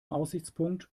aussichtspunkt